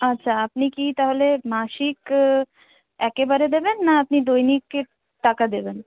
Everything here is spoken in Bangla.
আচ্ছা আপনি কী তাহলে মাসিক একেবারে দেবেন না আপনি দৈনিকে টাকা দেবেন